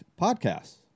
podcasts